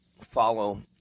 Follow